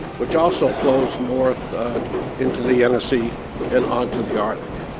which also flows north into the yenisei and on to the arctic.